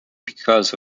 because